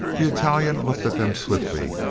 the italian looked at them swiftly,